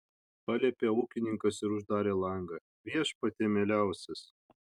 paliepė ūkininkas ir uždarė langą viešpatie mieliausias